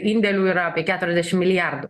indėlių yra apie keturiasdešim milijardų